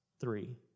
three